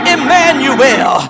Emmanuel